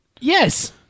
Yes